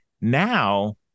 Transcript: now